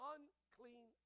Unclean